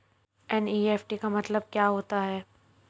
NEFT का मतलब क्या होता है?